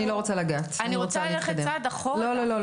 אני רוצה ללכת צעד אחורה --- אני לא רוצה לגעת,